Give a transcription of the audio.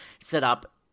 setup